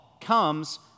comes